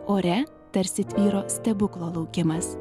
ore tarsi tvyro stebuklo laukimas